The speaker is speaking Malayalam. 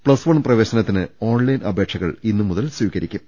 പ്ലസ് വൺ പ്രിവേശനത്തിന് ഓൺലൈൻ അപേക്ഷകൾ ഇന്നുമുതൽ സ്വീകരിക്കും